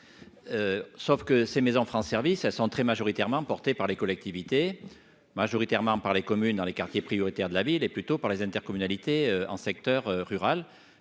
les maisons France Services sont très majoritairement portées par les collectivités, surtout par les communes dans les quartiers prioritaires de la ville et plutôt par les intercommunalités en secteur rural,